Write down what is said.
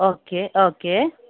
okay okay